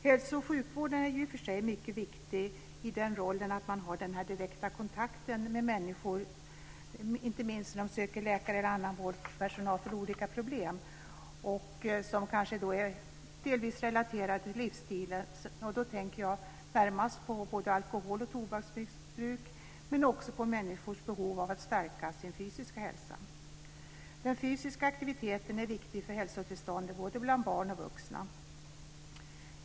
Hälso och sjukvården är mycket viktig i den rollen att man har den direkta kontakten med människor, inte minst när de söker läkare eller annan vårdpersonal för olika problem som kanske är relaterade till livsstilen. Då tänker jag närmast på både alkohol och tobaksmissbruk, men också människors behov av att stärka sin fysiska hälsa. Den fysiska aktiviteten är viktig för hälsotillståndet bland både barn och vuxna.